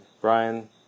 Brian